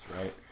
right